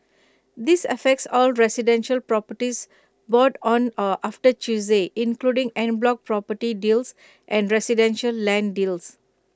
this affects all residential properties bought on or after Tuesday including en bloc property deals and residential land deals